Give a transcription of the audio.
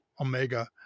Omega